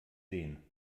sehen